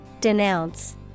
Denounce